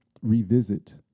Revisit